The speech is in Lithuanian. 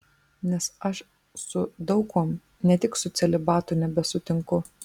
nes aš su daug kuom ne tik su celibatu nebesutinku